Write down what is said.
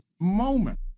moment